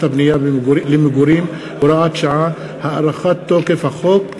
הבנייה למגורים (הוראת שעה) (הארכת תוקף החוק),